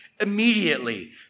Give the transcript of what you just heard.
Immediately